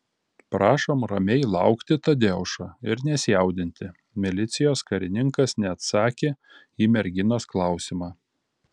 prašom ramiai laukti tadeušo ir nesijaudinti milicijos karininkas neatsakė į merginos klausimą